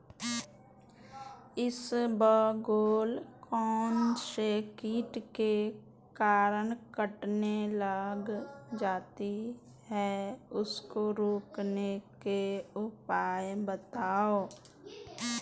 इसबगोल कौनसे कीट के कारण कटने लग जाती है उसको रोकने के उपाय बताओ?